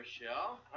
Michelle